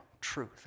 truth